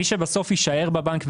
מי שבסוף יישאר בבנק,